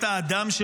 אתם בוכים.